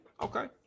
Okay